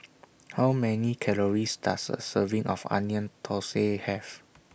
How Many Calories Does A Serving of Onion Thosai Have